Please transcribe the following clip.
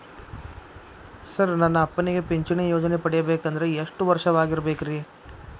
Sir ನನ್ನ ಅಪ್ಪನಿಗೆ ಪಿಂಚಿಣಿ ಯೋಜನೆ ಪಡೆಯಬೇಕಂದ್ರೆ ಎಷ್ಟು ವರ್ಷಾಗಿರಬೇಕ್ರಿ?